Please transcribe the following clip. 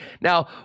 Now